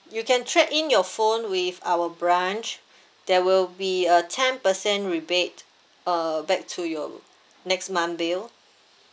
you can trade in your phone with our branch there will be a ten percent rebate uh back to your next month bill